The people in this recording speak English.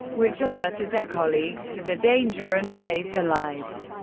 which alerted their colleagues to the danger and saved their lives.